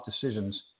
decisions